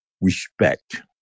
respect